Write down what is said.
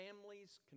families